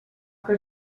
que